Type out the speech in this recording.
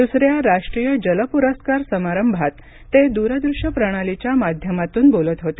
दुसऱ्या राष्ट्रीय जल पुरस्कार समारंभात ते दूरदृश्य प्रणालीच्या माध्यमातून बोलत होते